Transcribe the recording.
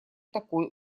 такой